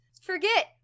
forget